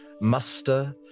Muster